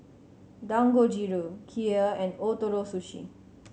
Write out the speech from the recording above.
Dangojiru Kheer and Ootoro Sushi